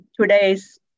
today's